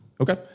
Okay